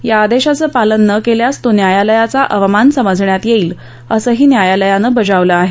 या आदेशाचं पालन न केल्यास तो न्यायालयाचा अवमान समजण्यात येईल असंही न्यायालयानं बजावलं आहे